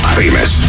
famous